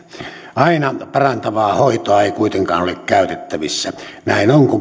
aina parantavaa hoitoa ei kuitenkaan ole käytettävissä näin on kun